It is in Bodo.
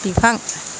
बिफां